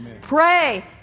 Pray